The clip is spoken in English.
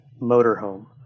motorhome